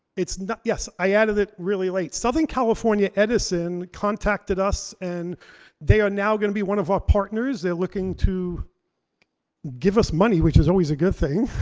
it's not, yes i added it really late. southern california edison contacted us and they are now gonna be one of our partners. they're looking to give us money, which is always a good thing.